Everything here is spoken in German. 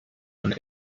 und